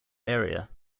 area